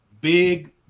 big